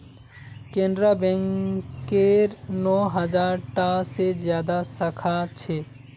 केनरा बैकेर नौ हज़ार टा से ज्यादा साखा छे